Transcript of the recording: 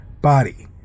body